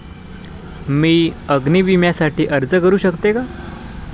मी अग्नी विम्यासाठी अर्ज करू शकते का?